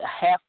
half